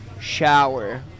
shower